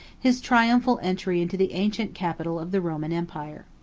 his triumphal entry into the ancient capital of the roman empire.